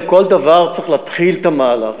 בכל דבר צריך להתחיל את המהלך,